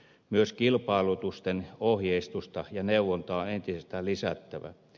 myös kilpailutusten ohjeistusta ja neuvontaa on entisestään lisättävä